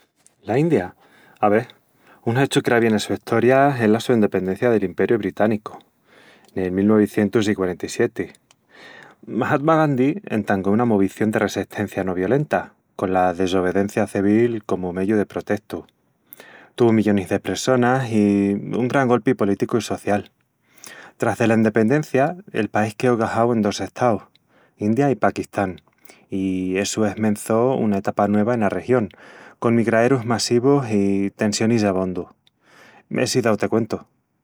La India? Ave... un hechu cravi ena su estoria es la su endependencia del Imperiu Británicu, nel mil nuevicientus i quarenta-i-sieti. Mahatma Gandhi entangó una movición de ressestencia no violenta, cola desobedencia cevil comu meyu de protestu. Tuvu millonis de pressonas i un gran golpi políticu i social. Tras dela endependencia, el país queó gajau en dos estaus: India i Paquistán, i essu esmençó una etapa nueva ena región, con migraerus massivus i tensionis abondu. Essi dau te cuentu...